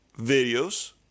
videos